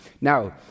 Now